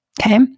Okay